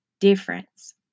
difference